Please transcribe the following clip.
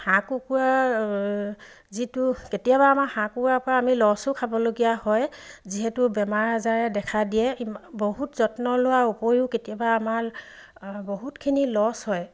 হাঁহ কুকুৰাৰ যিটো কেতিয়াবা আমাৰ হাঁহ কুকুৰাৰ পৰা আমি লচো খাবলগীয়া হয় যিহেতু বেমাৰ আজাৰে দেখা দিয়ে ই বহুত যত্ন লোৱাৰ উপৰিও কেতিয়াবা আমাৰ বহুতখিনি লচ হয়